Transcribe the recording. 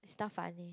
it's not funny